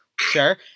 Sure